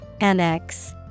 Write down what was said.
Annex